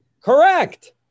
Correct